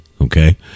okay